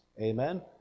amen